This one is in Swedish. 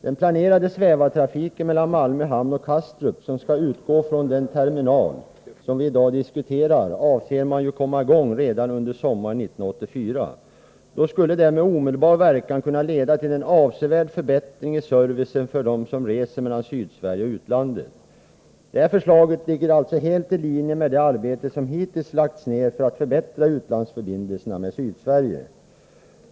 Den planerade svävartrafiken mellan Malmö hamn och Kastrup, som skall utgå från den terminal som vi i dag diskuterar, avser man ju komma i gång med redan under sommaren 1984. Då skulle den med omedelbar verkan kunna leda till en avsevärd förbättring i servicen för dem som reser mellan Sydsverige och utlandet. Det här förslaget ligger alltså helt i linje med det arbete som hittills lagts ned för att förbättra utlandsförbindelserna med Sydsverige.